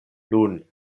nun